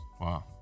Wow